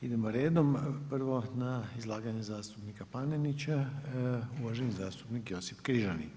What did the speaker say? Idemo redom, prvo na izlaganje zastupnika Panenića, uvaženi zastupnik Josip Križanić.